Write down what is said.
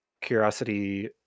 Curiosity